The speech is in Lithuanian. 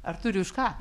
ar turi už ką